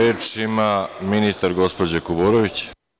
Reč ima ministar gospođa Kuburović.